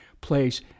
place